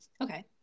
Okay